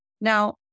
now